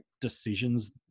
decisions